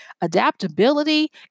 adaptability